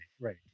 right